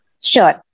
Sure